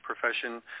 profession